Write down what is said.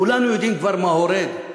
כולנו יודעים כבר מה הורג.